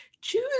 choose